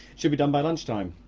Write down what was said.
should be done by lunchtime,